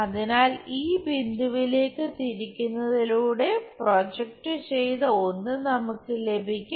അതിനാൽ ഈ ബിന്ദുവിലേക്ക് തിരിക്കുന്നതിലൂടെ പ്രൊജക്റ്റു ചെയ്ത ഒന്ന് നമുക്ക് ലഭിക്കും